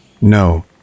No